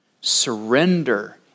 Surrender